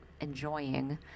enjoying